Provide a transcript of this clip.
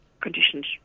conditions